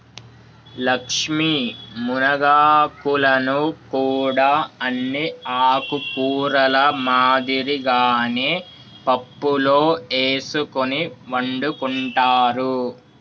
లక్ష్మీ మునగాకులను కూడా అన్ని ఆకుకూరల మాదిరిగానే పప్పులో ఎసుకొని వండుకుంటారు